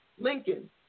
Lincoln